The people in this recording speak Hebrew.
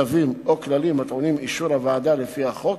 צווים או כללים הטעונים אישור הוועדה לפי החוק,